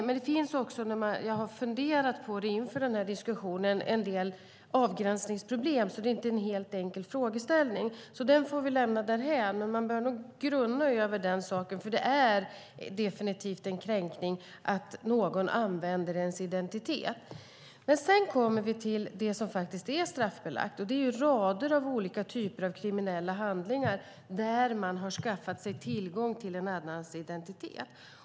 Jag har funderat på det inför den här diskussionen, och det finns en del avgränsningsproblem. Det är inte en helt enkel frågeställning. Den får vi lämna därhän, men vi bör ändå grunna över den, för det är definitivt en kränkning att någon använder ens identitet. Sedan kommer vi till det som faktiskt är straffbelagt. Det är rader av kriminella handlingar där man har skaffat sig tillgång till en annans identitet.